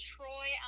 Troy